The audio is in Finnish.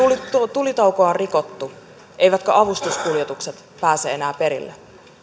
tulitaukoa on rikottu eivätkä avustuskuljetukset pääse enää perille